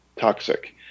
toxic